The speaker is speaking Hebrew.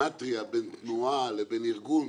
בגימטרייה בין תנועה לבין ארגון,